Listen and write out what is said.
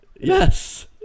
Yes